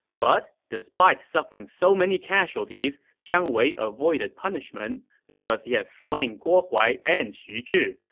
but despite suffering so many casualties, jiang wei avoided punishment because he had slain guo huai and xu zhi,